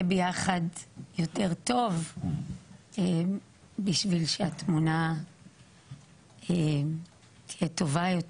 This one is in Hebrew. ביחד יותר טוב בשביל שהתמונה תהיה טובה יותר.